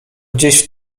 gdzieś